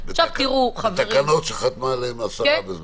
בתקנות שחתמה עליהן השרה.